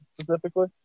specifically